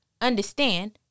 Understand